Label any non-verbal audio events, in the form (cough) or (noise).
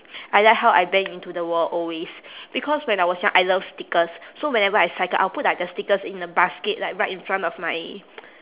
I like how I bang into the wall always because when I was young I love stickers so whenever I cycle I'll put like the stickers in the basket like right in front of my (noise)